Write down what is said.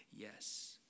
yes